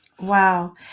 Wow